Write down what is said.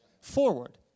forward